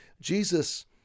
Jesus